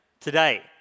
today